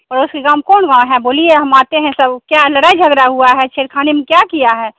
पड़ोस के गाँव कौन वहाँ है बोलिए हम आते हैं सब क्या है लड़ाई झगड़ा हुआ है छेड़खानी में क्या किया है